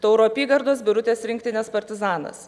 tauro apygardos birutės rinktinės partizanas